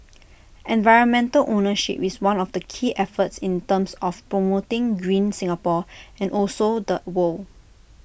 environmental ownership is one of the key efforts in terms of promoting green Singapore and also the world